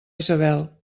isabel